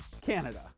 Canada